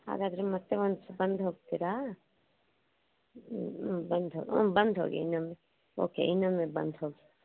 ಹಾಗಾದರೆ ಮತ್ತೆ ಒಂದಿಸ ಬಂದು ಹೋಗ್ತೀರಾ ಹ್ಞೂ ಬಂದು ಹೋಗಿ ಹ್ಞೂ ಬಂದು ಹೋಗಿ ಇನ್ನೊಮ್ಮೆ ಓಕೆ ಇನ್ನೊಮ್ಮೆ ಬಂದು ಹೋಗಿ